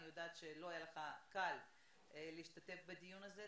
אני יודעת שלא היה לך קל להשתתף בדיון הזה.